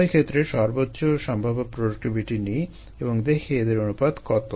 উভয়ক্ষেত্রে সর্বোচ্চ সম্ভাব্য প্রোডাক্টিভিটি নিই এবং দেখি এদের অনুপাত কত